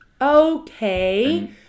Okay